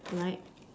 like